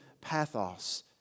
pathos